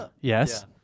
Yes